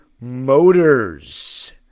Motors